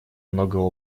много